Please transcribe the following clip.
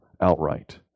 outright